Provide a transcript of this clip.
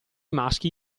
maschi